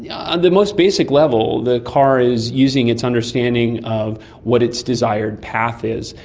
yeah and the most basic level the car is using its understanding of what its desired path is,